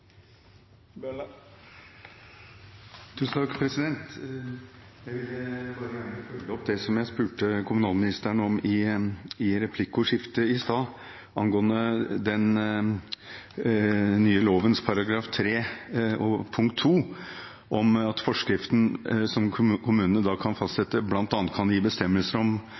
Jeg vil gjerne følge opp det jeg spurte kommunalministeren om i replikkordskiftet i stad angående den nye loven § 3, punkt 2, om at forskriften som kommunene kan fastsette, bl.a. kan gi bestemmelser om